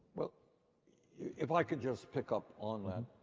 but if i could just pick up on that,